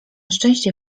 szczęście